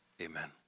Amen